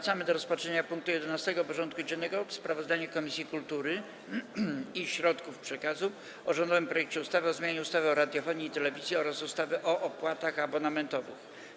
Powracamy do rozpatrzenia punktu 11. porządku dziennego: Sprawozdanie Komisji Kultury i Środków Przekazu o rządowym projekcie ustawy o zmianie ustawy o radiofonii i telewizji oraz ustawy o opłatach abonamentowych.